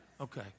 Okay